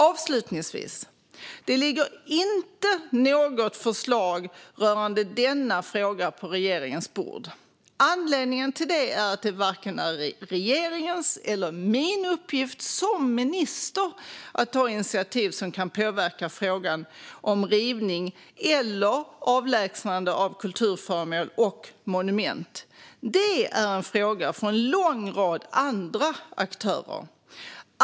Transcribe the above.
Avslutningsvis: Det ligger inte något förslag rörande denna fråga på regeringens bord. Anledningen till det är att det varken är regeringens uppgift eller min uppgift som minister att ta initiativ som kan påverka frågan om rivning eller avlägsnande av kulturföremål och monument. Det är en fråga för en lång rad andra aktörer.